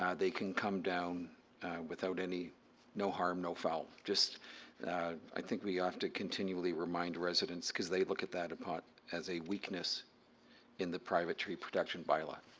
um they can come down without any no harm, no foul. just i think we ah have to continually remind residents because they look at that as a weakness in the private tree protection by law.